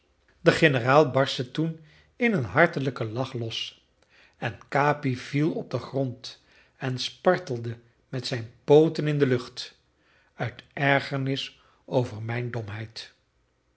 de generaal barstte toen in een hartelijken lach los en capi viel op den grond en spartelde met zijn pooten in de lucht uit ergernis over mijn